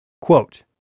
Quote